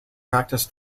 practice